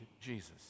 Jesus